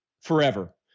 forever